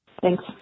Thanks